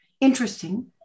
interesting